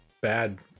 bad